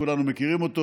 כולנו מכירים אותו,